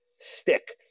stick